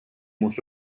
most